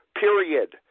period